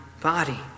body